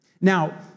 Now